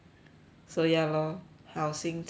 so ya lor 好心菜 lor